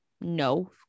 no